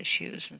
issues